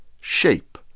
shape